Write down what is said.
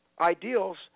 ideals